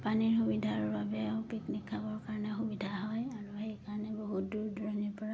পানীৰ সুবিধাৰ বাবে আৰু পিকনিক খাবৰ কাৰণে সুবিধা হয় আৰু সেইকাৰণে বহুত দূৰ দূৰণিৰপৰা